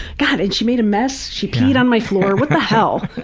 god, and she made a mess. she peed on my floor, what the hell?